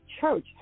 church